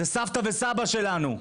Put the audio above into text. זה סבתא וסבא שלנו.